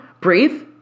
Breathe